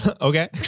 okay